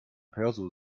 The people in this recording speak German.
perso